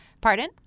Pardon